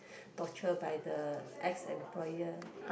torture by the ex employer